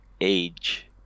age